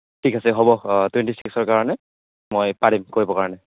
ঠিক আছে হ'ব টুয়েণ্টি চিক্সৰ কাৰণে মই পাৰিম কৰিব কাৰণে